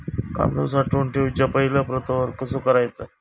कांदो साठवून ठेवुच्या पहिला प्रतवार कसो करायचा?